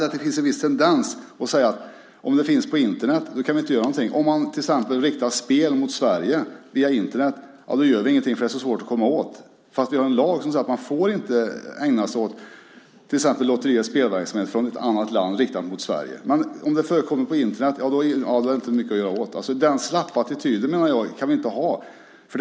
Det finns en viss tendens att säga: Om det finns på Internet kan vi inte göra någonting. Om det riktas spel mot Sverige via Internet gör det ingenting, för det är så svårt att komma åt - fast vi har en lag som säger att man inte får ägna sig åt lotteri och spelverksamhet riktad mot Sverige från ett annat land. Om det förekommer på Internet är det inte mycket att göra åt. Den slappa attityden menar jag att vi inte kan ha.